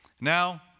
Now